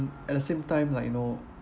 at the same time like you know